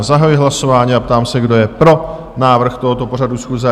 Zahajuji hlasování a ptám se, kdo je pro návrh tohoto pořadu schůze?